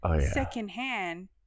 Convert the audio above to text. secondhand